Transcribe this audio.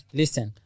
listen